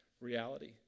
reality